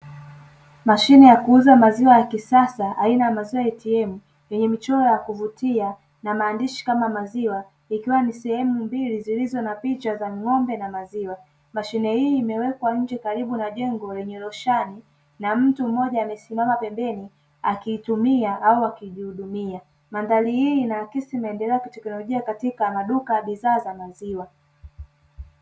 Mashine ya kuuza maziwa ya kisasa aina ya maziwa ya "ATM", yenye michoro ya kuvutia na maandishi kama maziwa ikiwa ni sehemu mbili zilizo na picha za ng'ombe na maziwa. Mashine hii imewekwa nje karibu na jengo lenye roshani na mtu mmoja amesimama pembeni akiitumia au akijihudumia. Mandhari hii inaakisi maendeleo ya teknologia katika maduka ya bidhaa za maziwa.